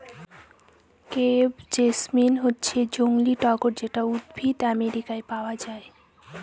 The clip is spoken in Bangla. ক্রেপ জেসমিন হচ্ছে জংলী টগর যেটা উদ্ভিদ আমেরিকায় পায়